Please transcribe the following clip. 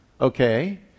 Okay